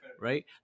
right